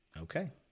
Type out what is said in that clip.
Okay